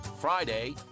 Friday